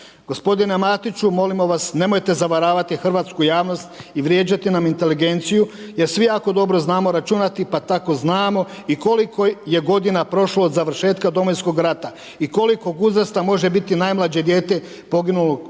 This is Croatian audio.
Gospodine Matiću, molim vas nemojte zavaravati hrvatsku javnost i vrijeđati nam inteligenciju jer svi jako dobro znamo računati pa tako znamo i koliko je godina prošlo od završetka Domovinskog rata i kolikog uzrasta može biti najmlađe dijete poginulog branitelja